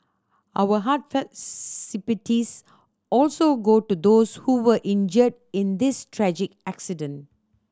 our heartfelt sympathies also go to those who were injured in this tragic accident